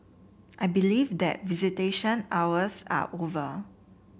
I believe that visitation hours are over